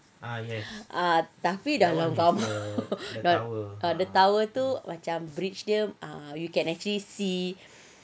ah tapi dalam gambar the tower tu macam bridge dia ah you can actually see